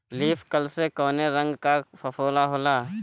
Leaf curl में कौने रंग का फफोला होला?